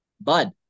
bud